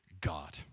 God